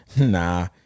Nah